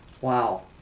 Wow